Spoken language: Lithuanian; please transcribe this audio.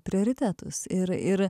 prioritetus ir ir